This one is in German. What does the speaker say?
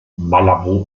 malabo